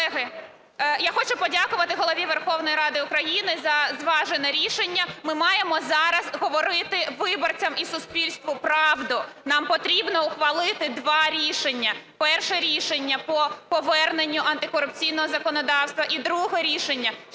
Колеги, я хочу подякувати Голові Верховної Ради України за зважене рішення. Ми маємо зараз говорити виборцям і суспільству правду. Нам потрібно ухвалити два рішення. Перше рішення по поверненню антикорупційного законодавства. І друге рішення